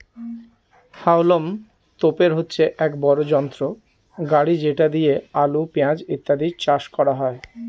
হাউলম তোপের হচ্ছে এক বড় যন্ত্র গাড়ি যেটা দিয়ে আলু, পেঁয়াজ ইত্যাদি চাষ করা হয়